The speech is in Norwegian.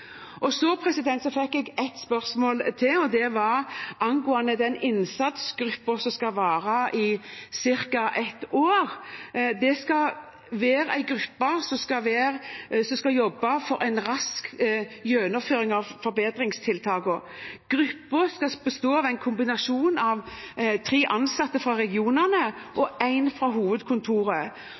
Så fikk jeg ett spørsmål til, og det var angående den innsatsgruppen som skal vare i ca. ett år. Det skal være en gruppe som skal jobbe for en rask gjennomføring av forbedringstiltakene. Gruppen skal bestå av tre ansatte fra regionene og én fra hovedkontoret.